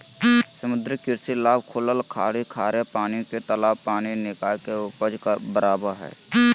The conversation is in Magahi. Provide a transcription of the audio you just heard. समुद्री कृषि लाभ खुलल खाड़ी खारे पानी के तालाब पानी निकाय के उपज बराबे हइ